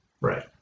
Right